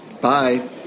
Bye